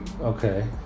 okay